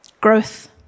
growth